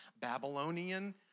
Babylonian